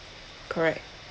correct